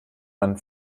man